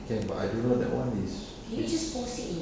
can but I don't know that [one] is it's